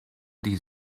die